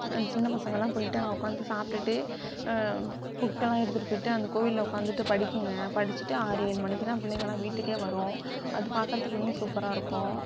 அந்த சின்ன பசங்கலாம் போய்விட்டு அங்கே உட்காந்து சாப்பிட்டுட்டு புக்கெல்லாம் எடுத்துகிட்டு போய்விட்டு அங்கே கோவிலில் உட்காந்துட்டு படிக்குங்க படிச்சிவிட்டு ஆறு ஏழு மணிக்கு தான் பிள்ளைங்கலாம் வீட்டுக்கே வரும் அது பார்க்குறதுக்கு இன்னும் சூப்பராக இருக்கும்